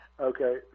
Okay